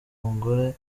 umugore